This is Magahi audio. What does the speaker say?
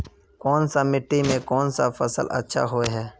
कोन सा मिट्टी में कोन फसल अच्छा होय है?